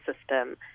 system